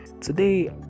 today